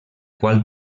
qual